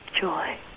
joy